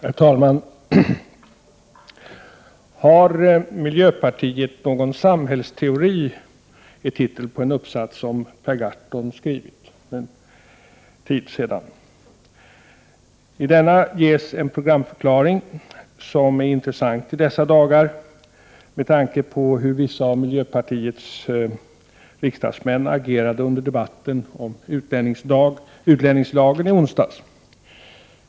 Herr talman! Har miljöpartiet någon samhällsteori? är titel på en uppsats som Per Gahrton har skrivit för en tid sedan. I denna ges en programförklaring som är intressant i dessa dagar med tanke på hur vissa av miljöpartiets 85 riksdagsmän agerade under debatten om utlänningslagen i onsdags.